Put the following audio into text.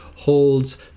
holds